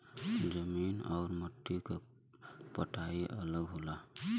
जमीन आउर मट्टी क पढ़ाई अलग होला